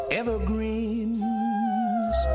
evergreens